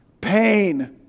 pain